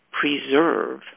preserve